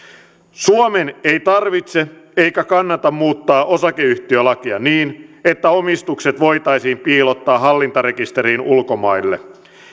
suomen ei tarvitse eikä kannata muuttaa osakeyhtiölakia niin että omistukset voitaisiin piilottaa hallintarekisteriin ulkomaille